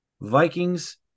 Vikings